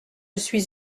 suis